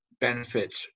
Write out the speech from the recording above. benefit